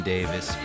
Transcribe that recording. Davis